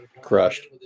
crushed